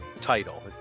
title